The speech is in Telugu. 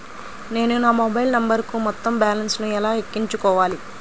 నేను నా మొబైల్ నంబరుకు మొత్తం బాలన్స్ ను ఎలా ఎక్కించుకోవాలి?